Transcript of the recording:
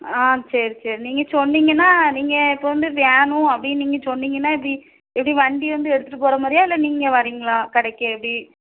ஆ சரி சரி நீங்கள் சொன்னிங்கன்னா நீங்கள் இப்போ வந்து வேணும் அப்படின்னு நீங்கள் சொன்னிங்கன்னா எப்படி எப்படி வண்டி வந்து எடுத்துட்டு போகறமாரியா இல்லை நீங்கள் வரிங்களா கடைக்கு எப்படி